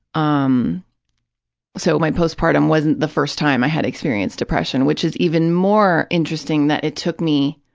um so my postpartum wasn't the first time i had experienced depression, which is even more interesting that it took me,